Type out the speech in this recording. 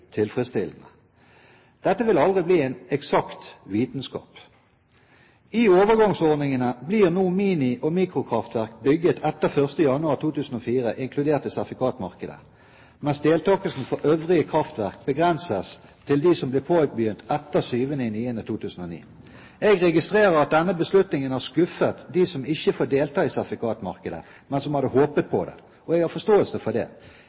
tilfredsstillende. Dette vil aldri bli en eksakt vitenskap. I overgangsordningene blir nå mini- og mikrokraftverk bygget etter 1. januar 2004 inkludert i sertifikatmarkedet, mens deltakelsen for øvrige kraftverk begrenses til de som ble påbegynt etter 7. september 2009. Jeg registrerer at denne beslutningen har skuffet dem som ikke får delta i sertifikatmarkedet, men som hadde håpet på det, og jeg har forståelse for det.